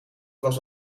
was